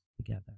together